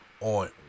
on